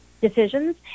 Decisions